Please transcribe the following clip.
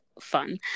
fun